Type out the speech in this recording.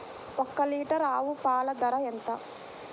ఒక్క లీటర్ ఆవు పాల ధర ఎంత?